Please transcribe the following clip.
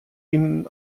ihnen